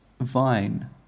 vine